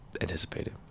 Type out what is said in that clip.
anticipated